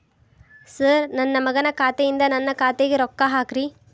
sir ನನ್ನ ಮಗನ ಖಾತೆ ಯಿಂದ ನನ್ನ ಖಾತೆಗ ರೊಕ್ಕಾ ಹಾಕ್ರಿ